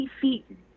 feet